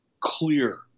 clear